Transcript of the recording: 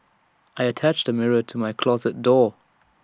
I attached A mirror to my closet door